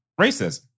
racism